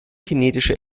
kinetische